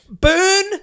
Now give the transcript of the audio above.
Burn